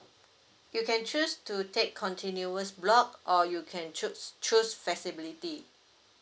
you can choose to take continuous block or you can choose choose flexibility